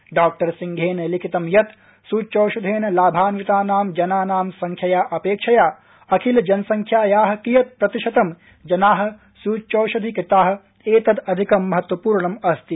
डॉ सिंहप्ठ लिखितं यत् सूच्यौषधप्त लाभान्वितानां जनानां संख्याया अप्रक्राया अखिल जनसंख्याया कियत्प्रतिशतं जना सूच्यौषधि कृता एतद् अधिकं महत्वपूर्णम् अस्ति